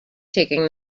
taking